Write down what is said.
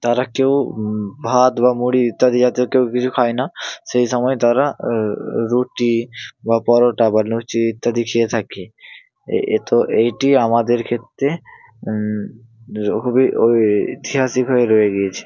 তারা কেউ ভাত বা মুড়ি ইত্যাদি জাতীয় কেউ কিছু খায় না সেই সময়ে তারা রুটি বা পরোটা বা লুচি ইত্যাদি খেয়ে থাকে এ এ তো এইটি আমাদের ক্ষেত্রে রঘুবীর ওই ঐতিহাসিকভাবে রয়ে গিয়েছে